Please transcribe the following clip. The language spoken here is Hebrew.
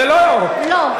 זה לא, לא.